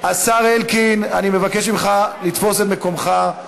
השר אלקין, אני מבקש ממך לתפוס את מקומך.